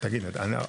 בגדול,